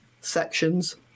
sections